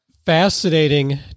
Fascinating